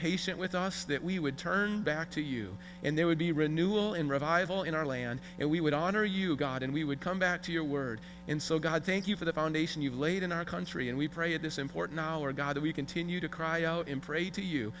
patient with us that we would turn back to you and there would be renewal in revival in our land and we would honor you god and we would come back to your word and so god thank you for the foundation you've laid in our country and we pray at this important hour god that we continue to cry out in pray to you